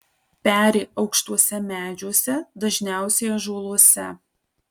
peri aukštuose medžiuose dažniausiai ąžuoluose